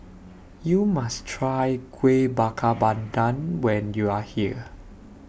YOU must Try Kuih Bakar Pandan when YOU Are here